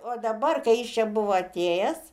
o dabar kai jis čia buvo atėjęs